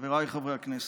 חבריי חברי הכנסת,